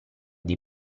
dei